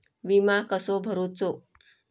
विमा कसो भरूचो?